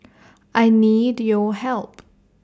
I need your help